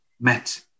met